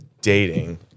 dating